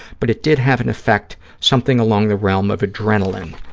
but it did have an effect something along the realm of adrenaline.